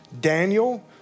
Daniel